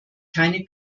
keine